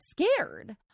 scared